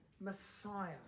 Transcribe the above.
Messiah